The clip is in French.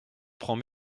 prends